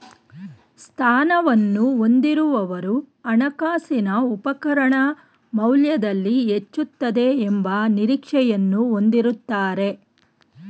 ಸ್ಥಾನವನ್ನು ಹೊಂದಿರುವವರು ಹಣಕಾಸಿನ ಉಪಕರಣ ಮೌಲ್ಯದಲ್ಲಿ ಹೆಚ್ಚುತ್ತದೆ ಎಂಬ ನಿರೀಕ್ಷೆಯನ್ನು ಹೊಂದಿರುತ್ತಾರೆ